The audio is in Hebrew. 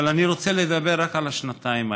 אבל אני רוצה לדבר רק על השנתיים האלה,